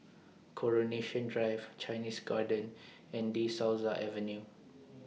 Coronation Drive Chinese Garden and De Souza Avenue